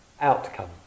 outcome